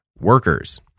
workers